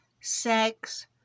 sex